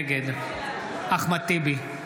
נגד אחמד טיבי,